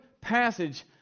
passage